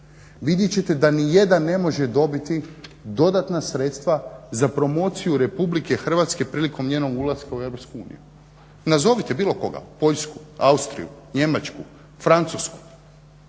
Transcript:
vidjet ćete da ni jedan ne može dobiti dodatna sredstva za promociju RH prilikom njenog ulaska u EU. Nazovite bilo koga, Poljsku, Austriju, Njemačku, Francusku,